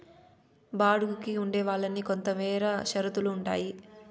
బాడుగికి ఉండే వాళ్ళకి కొంతమేర షరతులు ఉంటాయి